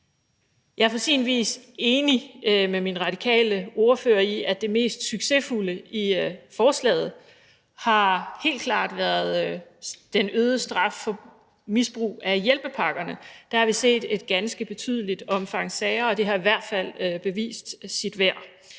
Jeg er på sin vis enig med min radikale ordførerkollega i, at det mest succesfulde i loven helt klart har været den øgede straf for misbrug af hjælpepakkerne. Vi har set et ganske betydeligt omfang af sager på det område, og der har det i hvert fald bevist sit værd.